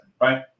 Right